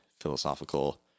philosophical